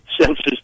senses